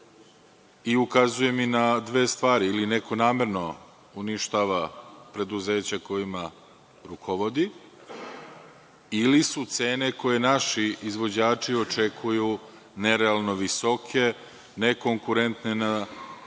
i ukazuje mi na dve stvari - ili neko namerno uništava preduzeća kojima rukovodi, ili su cene koje naši izvođači očekuju nerealno visoke, nekonkurentne na